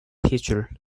future